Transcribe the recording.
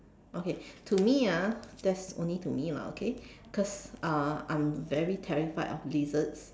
okay to me ah that's only to me lah okay cause uh I'm very terrified of lizards